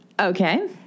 Okay